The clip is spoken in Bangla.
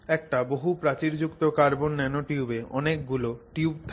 একটা বহু প্রাচীরযুক্ত কার্বন ন্যানোটিউবে অনেক গুলো টিউব থাকে